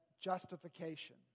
justification